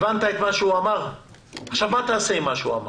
מה תעשה עם מה שהוא אמר?